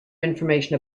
information